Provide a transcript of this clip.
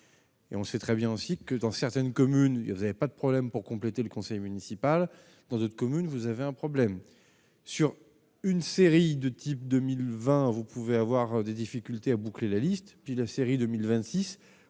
et on sait très bien aussi que, dans certaines communes il y avait pas de problème pour compléter le conseil municipal dans cette commune, vous avez un problème sur une série de type 2020, vous pouvez avoir des difficultés à boucler la liste, puis la série 2026